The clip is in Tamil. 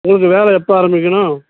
ஓகே வேலை எப்போ ஆரம்பிக்கணும்